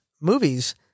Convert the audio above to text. movies